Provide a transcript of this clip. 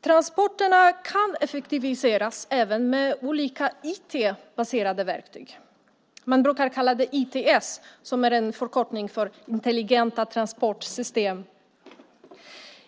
Transporterna kan effektiviseras även med olika IT-baserade verktyg. Jag har tidigare nämnt ITS, intelligenta transportsystem.